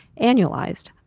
annualized